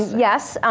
yes.